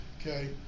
Okay